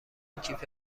کیف